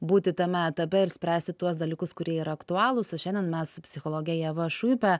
būti tame etape ir spręsti tuos dalykus kurie yra aktualūs o šiandien mes su psichologe ieva šuipe